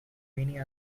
many